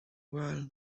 while